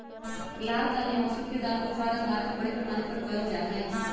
लाल दाल या मसूर के दाल के उत्पादन भारत में बड़े पैमाने पर कइल जा हई